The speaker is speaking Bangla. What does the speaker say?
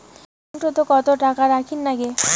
একাউন্টত কত টাকা রাখীর নাগে?